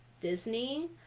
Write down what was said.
Disney